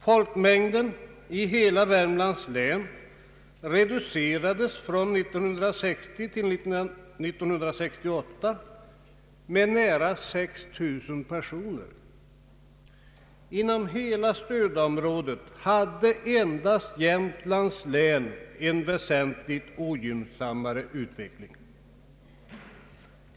Folkmängden i hela Värmlands län reducerades från 1960 till 1968 med nära 6 000 per soner. Inom hela stödområdet hade endast Jämtlands län en väsentligt ogynnsammare utveckling.